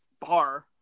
bar